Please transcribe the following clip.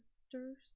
sisters